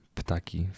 ptaki